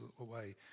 away